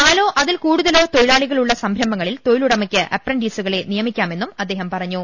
നാലോ അതിൽ കൂടുതലോ തൊഴിലാളികൾ ഉള്ള സംരംഭങ്ങളിൽ തൊഴിലുടമയ്ക്ക് അപ്രന്റീസുകളെ നിയമിക്കാമെന്നും അദ്ദേഹം പറഞ്ഞു